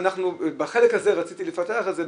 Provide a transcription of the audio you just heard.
בחלק הזה רציתי לפתח את זה,